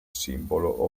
simbolo